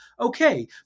Okay